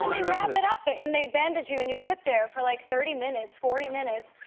um they wrap it up, but and they bandage you, and you sit there for like thirty minutes, forty minutes.